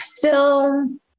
film